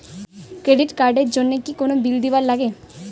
Credit card এর জন্যে কি কোনো বিল দিবার লাগে?